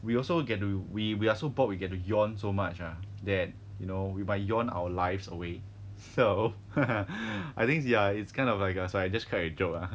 we also get to we we are so bored we get to yawn so much ah that you know we might yawn our lives away so I think ya it's kind of like sorry I just cracked a joke ah